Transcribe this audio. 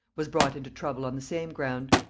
was brought into trouble on the same ground.